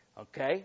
okay